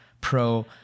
pro